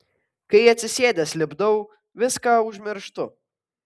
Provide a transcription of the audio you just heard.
kai atsisėdęs lipdau viską užmirštu